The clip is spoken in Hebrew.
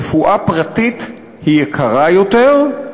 רפואה פרטית היא יקרה יותר,